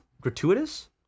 Gratuitous